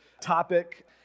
topic